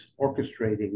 orchestrating